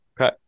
Okay